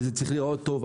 וזה צריך להראות טוב.